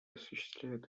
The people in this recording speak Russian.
осуществляет